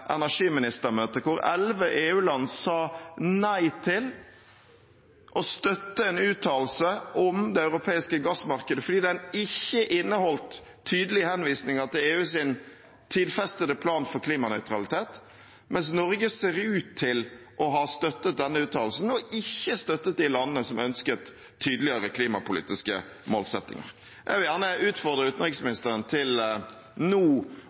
april, hvor elleve EU-land sa nei til å støtte en uttalelse om det europeiske gassmarkedet fordi den ikke inneholdt tydelige henvisninger til EUs tidfestede plan for klimanøytralitet, mens Norge ser ut til å ha støttet denne uttalelsen og ikke støttet de landene som ønsket tydeligere klimapolitiske målsettinger. Jeg vil gjerne utfordre utenriksministeren til nå